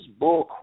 bullcrap